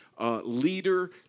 Leader